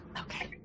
okay